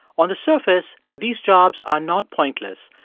on the surface, these jobs are not pointless,